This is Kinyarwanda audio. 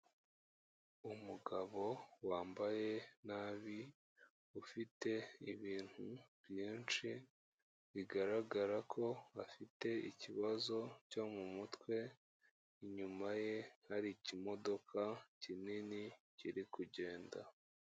Umugabo wambaye nabi, ufite ibintu byinshi bigaragara ko bafite ikibazo cyo mu mutwe, inyuma ye hari ikimodoka kinini, kiri kugenda.